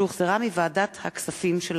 שהחזירה ועדת הכספים.